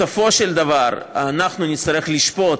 בסופו של דבר אנחנו נצטרך לשפוט,